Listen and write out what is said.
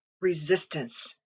resistance